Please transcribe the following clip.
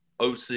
OC